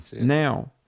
Now